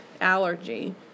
allergy